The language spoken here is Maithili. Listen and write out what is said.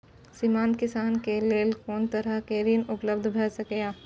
सीमांत किसान के लेल कोन तरहक ऋण उपलब्ध भ सकेया?